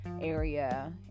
area